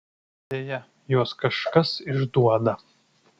deja juos kažkas išduoda